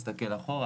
תוכנית הבראה,